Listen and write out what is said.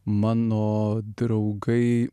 mano draugai